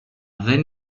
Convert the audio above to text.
δεν